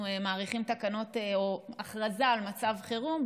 מאריכים תקנות או הכרזה על מצב חירום.